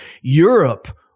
Europe